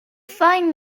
fine